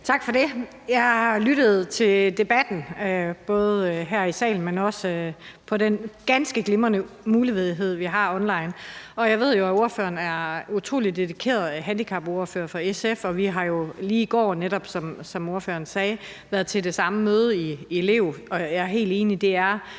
Tak for det. Jeg lyttede til debatten, både her i salen, men også via den ganske glimrende mulighed, vi har online. Jeg ved jo, at ordføreren er en utrolig dedikeret handicapordfører for SF, og vi har jo netop i går, som ordføreren sagde, været til det samme møde i Lev. Jeg er helt enig i, at det er